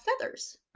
feathers